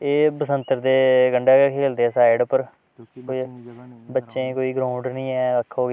एह् बसंतर दे कंढै गै खेढ़दे साईड पर बच्चें ई कोई ग्राऊंड निं ऐ आक्खो